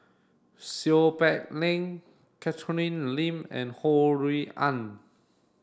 Seow Peck Leng Catherine Lim and Ho Rui An